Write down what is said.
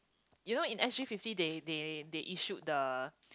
you know in S_G fifty they they they issued the